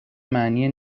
معنی